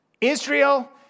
Israel